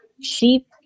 sheep